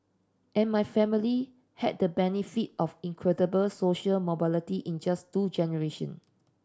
and my family had the benefit of incredible social mobility in just two generation